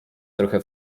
trochę